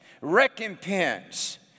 recompense